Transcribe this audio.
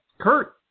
Kurt